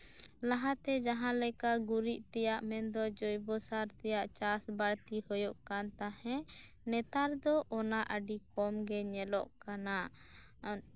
ᱞᱟᱦᱟᱛᱮ ᱡᱟᱦᱟᱸᱞᱮᱠᱟ ᱜᱩᱨᱤᱡ ᱛᱮᱭᱟᱜ ᱢᱮᱱ ᱫᱚ ᱡᱳᱭᱵᱳ ᱥᱟᱨ ᱛᱮᱭᱟᱜ ᱪᱟᱥ ᱵᱟᱲᱛᱤ ᱦᱳᱭᱳᱜ ᱠᱟᱱ ᱛᱟᱦᱮᱸᱜ ᱱᱮᱛᱟᱨ ᱫᱚ ᱚᱱᱟ ᱟᱹᱰᱤ ᱠᱚᱢ ᱜᱮ ᱧᱮᱞᱚᱜ ᱠᱟᱱᱟ